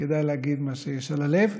כדאי להגיד מה שיש על הלב.